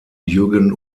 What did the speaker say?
jürgen